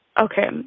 Okay